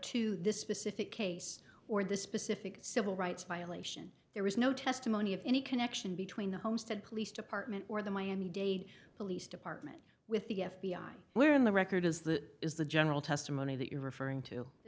to this specific case or the specific civil rights violation there was no testimony of any connection between the homestead police department or the miami dade police department with the f b i where in the record is that is the general testimony that you're referring to